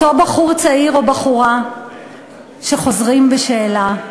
אותו בחור צעיר או בחורה שחוזרים בשאלה,